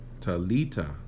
talita